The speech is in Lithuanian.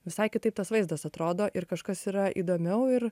visai kitaip tas vaizdas atrodo ir kažkas yra įdomiau ir